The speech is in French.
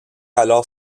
alors